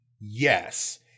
yes